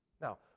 Now